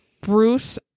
Bruce